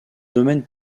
domaine